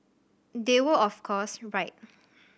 they were of course right